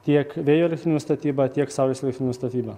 tiek vėjo elektrinių statyba tiek saulės elektrinių statyba